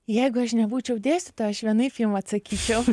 jeigu aš nebūčiau dėstytoja aš vienaip jum atsakyčiau